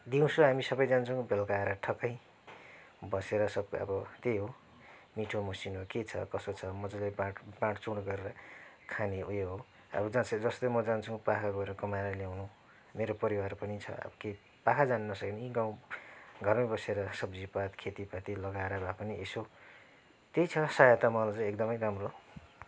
दिउँसो हामी सबै जान्छौँ बेलुका आएर ठक्कै बसेर सबै अब त्यही हो मिठो मसिनो के छ कसो छ मजाले बाँड बाँडचुँड गरेर खाने उयो हो अब जस्तै जस्तै म जान्छु पाखा गएर कमाएर ल्याउनु मेरो परिवार पनि छ अब के पाखा जानु नसके पनि यहीँ गाउँघरमै बसेर सब्जीपात खेतीपाती लगाएर भए पनि यसो त्यही छ सहायता मलाई चाहिँ एकदमै राम्रो